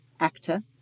actor